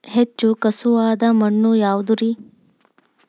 ಹೆಚ್ಚು ಖಸುವಾದ ಮಣ್ಣು ಯಾವುದು ರಿ?